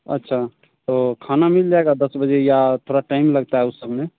अच्छा तो खाना मिल जाएगा दस बजे या थोड़ा टाइम लगता है उस समय